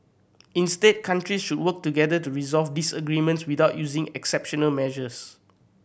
instead countries should work together to resolve disagreements without using exceptional measures